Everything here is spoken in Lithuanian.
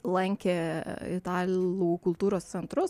lankė italų kultūros centrus